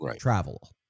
travel